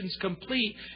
complete